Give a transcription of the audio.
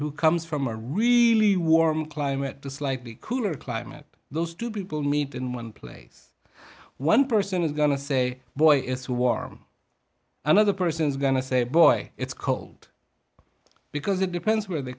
who comes from a really warm climate to slightly cooler climate those two people meet in one place one person is going to say boy is too warm another person's going to say boy it's cold because it depends where they